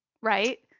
right